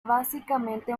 básicamente